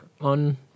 on